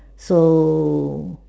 so